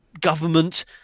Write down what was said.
government